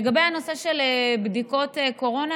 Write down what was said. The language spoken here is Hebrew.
לגבי הנושא של בדיקות קורונה,